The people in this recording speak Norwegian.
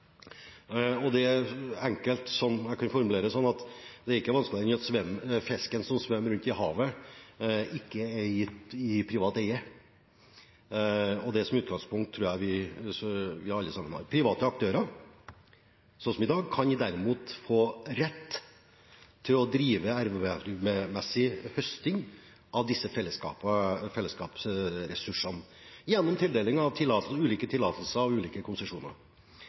er ikke i privat eie, og det utgangspunktet tror jeg vi alle har. Private aktører, slik som i dag, kan derimot få rett til å drive ervervsmessig høsting av disse fellesskapsressursene gjennom tildeling av ulike tillatelser og ulike konsesjoner.